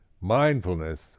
mindfulness